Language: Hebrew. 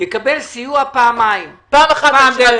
יקבל סיוע פעמיים פעם דרך